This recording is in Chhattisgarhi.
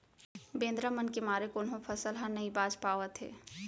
बेंदरा मन के मारे कोनो फसल ह नइ बाच पावत हे